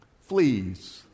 fleas